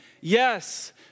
Yes